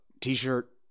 T-shirt